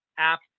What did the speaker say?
app